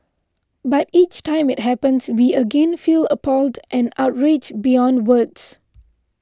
but each time it happens we again feel appalled and outraged beyond words